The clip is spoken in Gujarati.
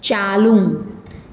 ચાલુ